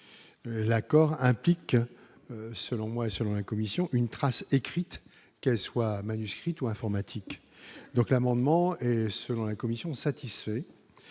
l'accord implique selon moi et selon la Commission, une trace écrite, qu'elle soit manuscrite ou informatique, donc l'amendement et selon la Comission satisfait